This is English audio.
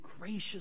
gracious